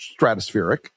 stratospheric